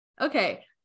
okay